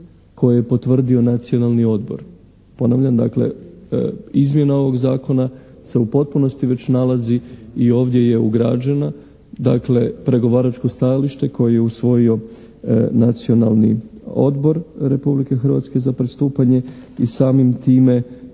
koje je potvrdio Nacionalni odbor. Ponavljam dakle izmjena ovog Zakona se u potpunosti već nalazi i ovdje je ugrađena dakle pregovaračko stajalište koje je usvojio Nacionalni odbor Republike Hrvatske za pristupanje i samim time